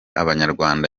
abanyarwanda